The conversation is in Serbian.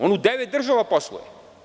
On u devet država posluje.